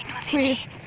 Please